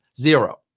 Zero